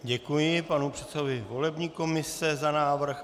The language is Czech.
Děkuji panu předsedovi volební komise za návrh.